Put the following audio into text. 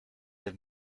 del